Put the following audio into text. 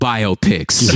biopics